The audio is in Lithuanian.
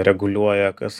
reguliuoja kas